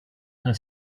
her